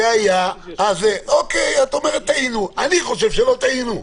אני חושב שלא טעינו.